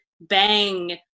bang